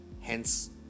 Hence